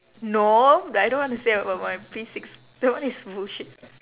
no I don't want to say about my P six that one is bullshit